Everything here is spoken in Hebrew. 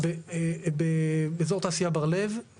בכרמיאל, באזור תעשייה בר לב.